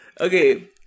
okay